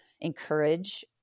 encourage